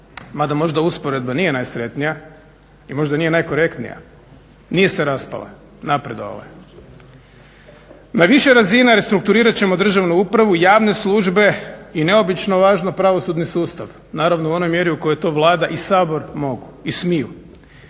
mada možda usporedba nije najsretnija i možda nije najkorektnija, nije se raspala, napredovala je. Na više razina restrukturirat ćemo državnu upravu, javne službe i neobično važno presudni sustav, naravno u onoj mjeri u kojoj to Vlada i Sabor mogu i smiju.